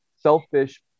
selfish